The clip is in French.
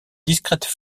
discrètes